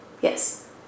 Yes